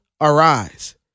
arise